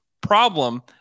problem